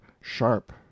sharp